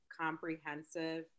comprehensive